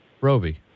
Roby